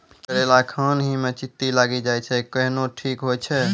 करेला खान ही मे चित्ती लागी जाए छै केहनो ठीक हो छ?